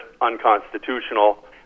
unconstitutional